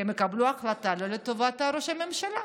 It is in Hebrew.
כי הם יקבלו החלטה לא לטובת ראש הממשלה.